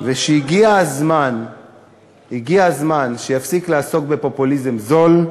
ושהגיע הזמן שיפסיק לעסוק בפופוליזם זול,